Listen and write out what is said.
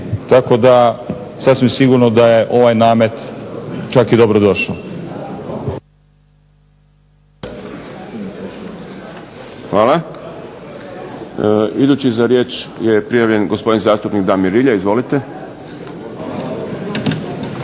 Tako da sasvim sigurno da je ovaj namet čak i dobro došao. **Šprem, Boris (SDP)** Hvala. Idući za riječ je prijavljen gospodin zastupnik Damir Rilje izvolite.